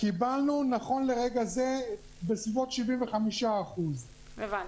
קיבלנו נכון לרגע זה בסביבות 75%. הבנתי.